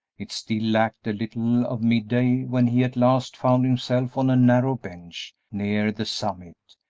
it still lacked a little of midday when he at last found himself on a narrow bench, near the summit,